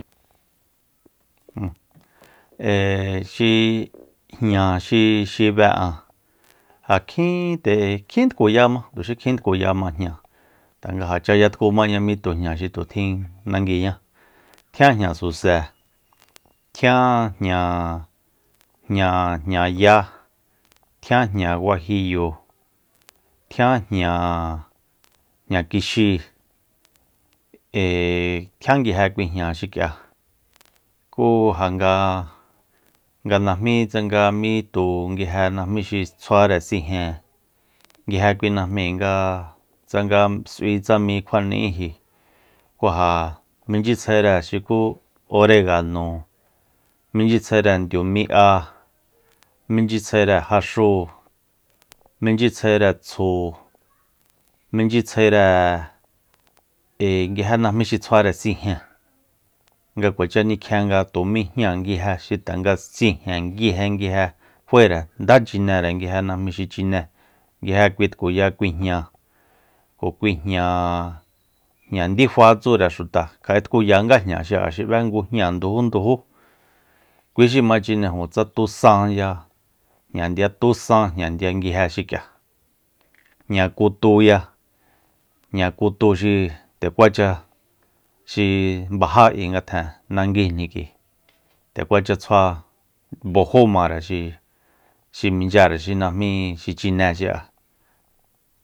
Jun ee xi jña xi- xi beꞌan ja kjin nde kjin tkuyama tuxi kjin tkuyama jña ja tanga chayatkumaña mi tu jña xitu tjin nanguiña tjian jña suse tjian jña- jñaya tjian jña guajiyo tjian jña- jña kixi ee tjian nguieje kui jña xikꞌia kúu ja nganga najmi tsanga mi tu nguieje najmi xi tsjuare sijen nguieje kui najmi nga tsanga sꞌui tsami kjuaniꞌinji kú ja minchitsjaire xuku oregano michitsjaire ndiumiꞌa michitsjaire jaxu minchitsjaire tsju michitsjaireꞌi nguieje najmi xi tsjuare sijen nga kuacha nikjien nga tumi jña guieje xi tanga sijen nguieje nguieje fuere ndá chinere nguieje najmi xi chine nguieje kui tkuya kui jña kju kui jña ñja ndifa tsure xuta kjaꞌi tkuya nga jña xiꞌa xiꞌbe ngu jña nduju nduju kui xi ma chinejun tsa tusanya jña ndia tusan jña ndia nguieje xikꞌia jña kutuya jña kutu xi nde kuacha xi bajá kꞌui ngatjen nanguijni kꞌui nde kuacha tsjua bojomare xi- xi minchare xi najmi xi chine xiꞌa.